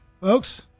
Folks